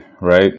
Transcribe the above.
right